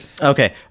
Okay